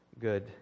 good